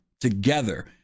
together